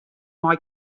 mei